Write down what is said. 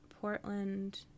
Portland